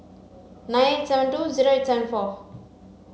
nine eight seven two zero eight seven four